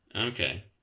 okay